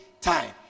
time